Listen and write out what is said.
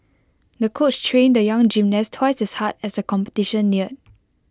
the coach trained the young gymnast twice as hard as the competition neared